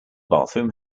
bathroom